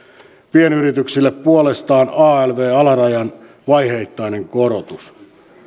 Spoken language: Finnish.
pienyrityksille puolestaan alv alarajan vaiheittainen korotus